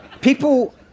People